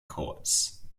courts